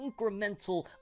incremental